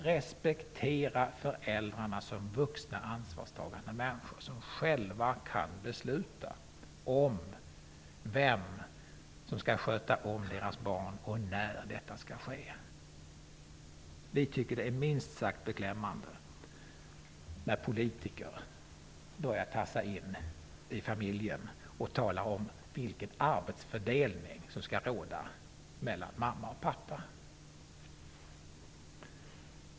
Respektera föräldrarna som vuxna ansvarstagande människor som själva kan besluta om vem som skall sköta om barnen och när detta skall ske. Vi tycker att det är minst sagt beklämmande när politiker börjar tassa in i familjen och tala om vilken arbetsfördelning som skall råda mellan mamma och pappa.